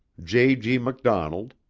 j. g. mcdonald,